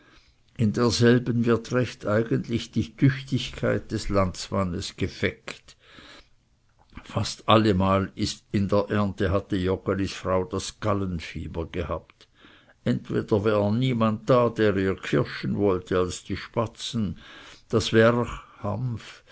in derselben wird recht eigentlich die tüchtigkeit des landmannes gefeckt fast allemal in der ernte hatte joggelis frau das gallenfieber gehabt entweder war niemand da der ihr kirschen wollte als die spatzen das werch